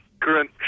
current